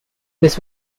this